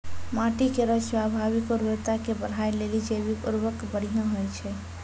माटी केरो स्वाभाविक उर्वरता के बढ़ाय लेलि जैविक उर्वरक बढ़िया होय छै